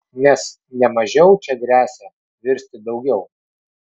nes ne mažiau čia gresia virsti daugiau